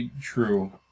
True